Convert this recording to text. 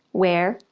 where,